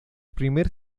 primer